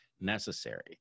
necessary